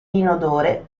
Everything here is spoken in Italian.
inodore